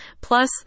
Plus